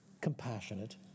compassionate